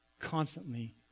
constantly